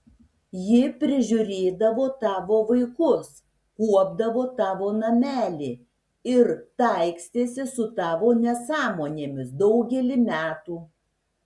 ji prižiūrėdavo tavo vaikus kuopdavo tavo namelį ir taikstėsi su tavo nesąmonėmis daugelį metų